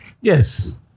Yes